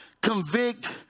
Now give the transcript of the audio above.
convict